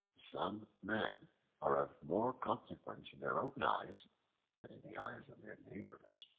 some men are of more consequence in their own eyes than in the eyes of their neighbors.